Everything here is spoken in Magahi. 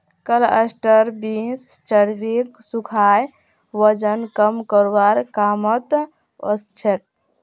क्लस्टर बींस चर्बीक सुखाए वजन कम करवार कामत ओसछेक